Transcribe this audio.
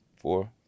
four